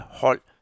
hold